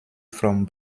from